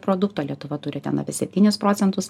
produkto lietuva turi ten apie septynis procentus